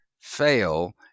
fail